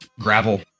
gravel